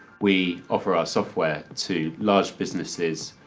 we offer our software to large businesses.